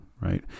right